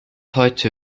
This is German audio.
heute